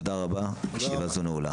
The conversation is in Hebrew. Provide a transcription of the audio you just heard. תודה רבה, ישיבה זו נעולה.